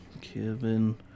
Kevin